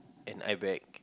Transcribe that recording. and I beg